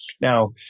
Now